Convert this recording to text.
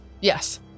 yes